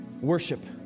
worship